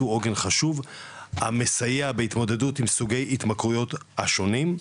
הוא עוגן מאוד חשוב המסייע בהתמודדות עם סוגי התמכרויות שונים,